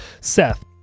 Seth